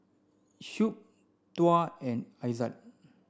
Shuib Tuah and Izzat